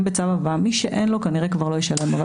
מי שאין לו כנראה כבר לא ישלם.